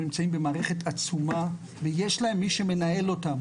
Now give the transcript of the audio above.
אנחנו נמצאים בערכת עצומה ויש להם מי שמנהל אותם,